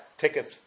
Tickets